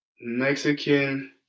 Mexican